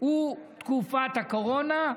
הוא בתקופת הקורונה,